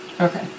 Okay